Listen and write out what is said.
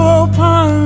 open